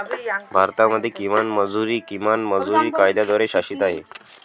भारतामध्ये किमान मजुरी, किमान मजुरी कायद्याद्वारे शासित आहे